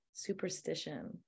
superstition